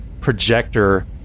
projector